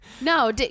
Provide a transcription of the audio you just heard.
No